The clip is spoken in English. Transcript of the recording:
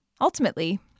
Ultimately